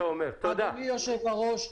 אדוני היושב-ראש,